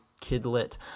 kid-lit